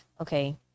okay